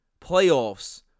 playoffs